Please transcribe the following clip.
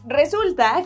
resulta